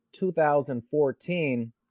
2014